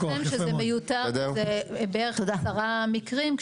אני ארגיע אתכם שזה מיותר וזה בערך עשרה מקרים.